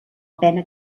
pena